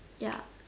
ya